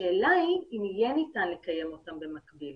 השאלה היא אם יהיה ניתן לקיים אותן במקביל.